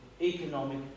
economic